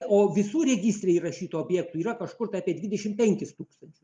o visų registre įrašytų objektų yra kažkur tai apie dvidešimt penkis tūkstančius